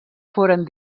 foren